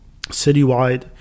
citywide